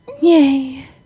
Yay